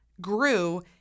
grew